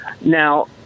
now